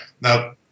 Now